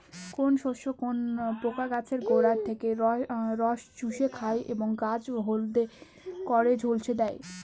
কোন শস্যে কোন পোকা গাছের গোড়া থেকে রস চুষে খায় এবং গাছ হলদে করে ঝলসে দেয়?